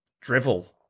drivel